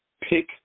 pick